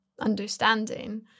understanding